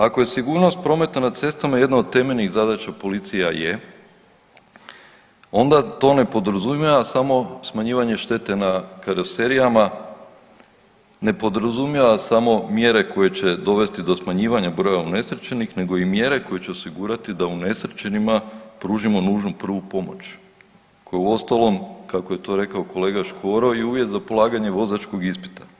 Ako je sigurnost prometa na cestama jedna od temeljnih zadaća policije, a je, onda to ne podrazumijeva samo smanjivanje štete na karoserijama, ne podrazumijeva samo mjere koje će dovesti do smanjivanja broja unesrećenih nego i mjere koje će osigurati da unesrećenima pružimo nužnu prvu pomoć koju uostalom kako je to rekao kolega Škoro i uvjet za polaganje vozačkog ispita.